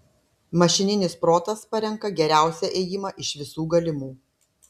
mašininis protas parenka geriausią ėjimą iš visų galimų